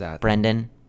Brendan